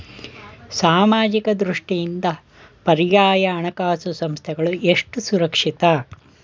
ಸಾಮಾಜಿಕ ದೃಷ್ಟಿಯಿಂದ ಪರ್ಯಾಯ ಹಣಕಾಸು ಸಂಸ್ಥೆಗಳು ಎಷ್ಟು ಸುರಕ್ಷಿತ?